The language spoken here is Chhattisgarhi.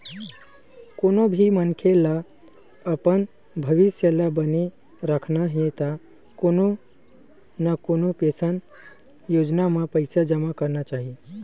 कोनो भी मनखे ल अपन भविस्य ल बने राखना हे त कोनो न कोनो पेंसन योजना म पइसा जमा करना चाही